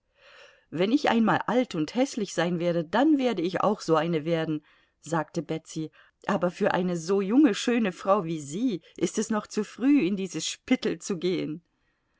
wenn ich einmal alt und häßlich sein werde dann werde ich auch so eine werden sagte betsy aber für eine so junge schöne frau wie sie ist es noch zu früh in dieses spittel zu gehen